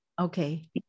Okay